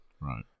Right